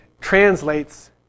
translates